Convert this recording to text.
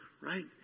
right